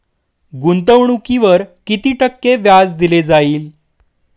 गुंतवणुकीवर किती टक्के व्याज दिले जाईल?